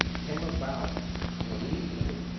came about one evening.